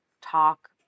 talk